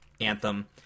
anthem